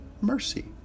mercy